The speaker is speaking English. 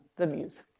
the mu's.